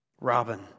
Robin